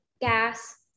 gas